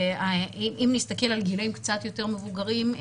אם נסתכל על גילים קצת יותר מבוגרים,